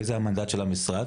וזה המנדט של המשרד,